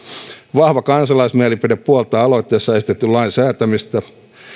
vahva kansalaismielipide puoltaa aloitteessa esitetyn lain säätämistä